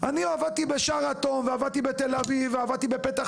אני עברתי בשרתון ועבדתי בתל אביב ועבדתי בפתח